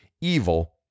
evil